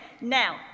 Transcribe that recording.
Now